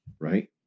right